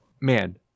Man